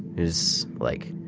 who's like,